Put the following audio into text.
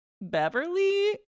beverly